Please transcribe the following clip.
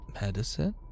Medicine